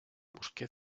busqué